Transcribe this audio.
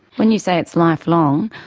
when you say it's lifelong,